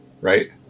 right